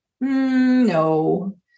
No